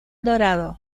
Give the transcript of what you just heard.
dorado